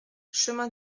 chemin